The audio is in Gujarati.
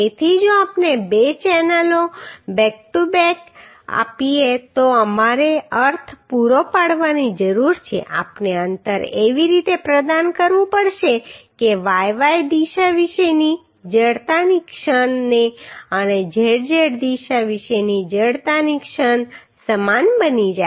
તેથી જો આપણે બે ચેનલો બેક ટુ બેક આપીએ તો અમારે અર્થ પૂરો પાડવાની જરૂર છે આપણે અંતર એવી રીતે પ્રદાન કરવું પડશે કે yy દિશા વિશેની જડતાની ક્ષણ અને zz દિશા વિશેની જડતાની ક્ષણ સમાન બની જાય